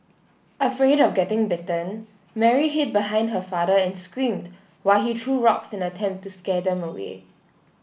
afraid of getting bitten Mary hid behind her father and screamed while he threw rocks in an attempt to scare them away